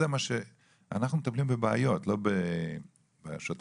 אנחנו מטפלים בבעיות, לא בשוטף.